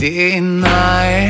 Deny